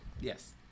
Yes